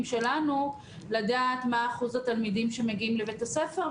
שלנו לדעת מה אחוז התלמידים שמגיעים לבית הספר,